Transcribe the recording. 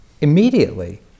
immediately